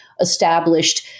established